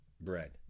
bread